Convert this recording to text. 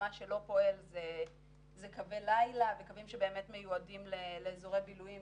מה שלא פועל זה קווי לילה וקוים שמיועדים לאזורי בילויים